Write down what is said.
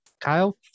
kyle